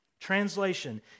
Translation